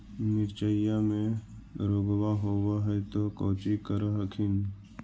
मिर्चया मे रोग्बा होब है तो कौची कर हखिन?